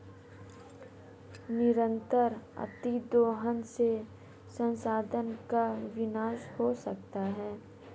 निरंतर अतिदोहन से संसाधन का विनाश हो सकता है